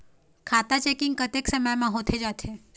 खाता चेकिंग कतेक समय म होथे जाथे?